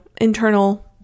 internal